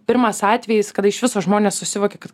pirmas atvejis kada iš viso žmonės susivokė kad